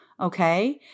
Okay